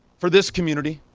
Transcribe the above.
for this community.